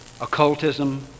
occultism